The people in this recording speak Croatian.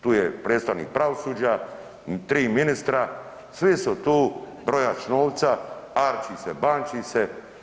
Tu je predstavnik pravosuđa, tri ministra svi su tu brojač novca, arči se banči se.